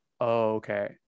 okay